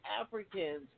Africans